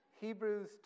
Hebrews